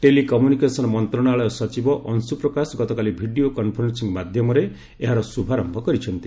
telecommunication ମନ୍ତ୍ରଣାଳୟ ସଚିବ ଅଂଶୁପ୍ରକାଶ ଗତକାଲି ଭିଡ଼ିଓ କନ୍ଫରେନ୍ସିଂ ମାଧ୍ୟମରେ ଏହାର ଶୁଭାରମ୍ଭ କରିଛନ୍ତି